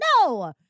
no